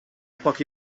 pochi